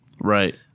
Right